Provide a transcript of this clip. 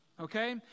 okay